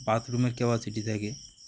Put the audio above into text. বাথরুমের ক্যাপাসিটি থাকে